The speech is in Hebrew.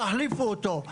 תחליפו אותו.